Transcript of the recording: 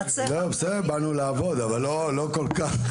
באנו לעבוד אבל לא כל כך.